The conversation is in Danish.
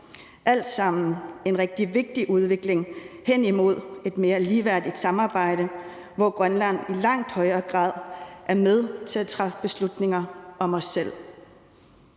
del af en rigtig vigtig udvikling hen imod et mere ligeværdigt samarbejde, hvor Grønland i langt højere grad er med til at træffe beslutninger om os selv.